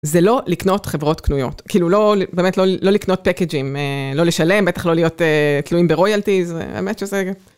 זה לא לקנות חברות קנויות, כאילו לא.. באמת לא לקנות פקדג'ים, לא לשלם, בטח לא להיות תלויים ברוילטיז, זה באמת שזה...